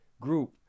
group